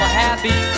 happy